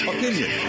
Opinion